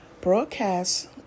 broadcast